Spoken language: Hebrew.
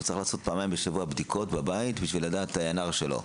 הוא צריך לעשות פעמיים בשבוע בבית בדיקות בבית כדי לדעת את ה-NR שלו,